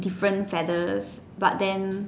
different feathers but then